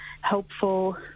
helpful